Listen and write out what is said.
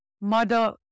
mother